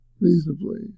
reasonably